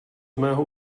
mého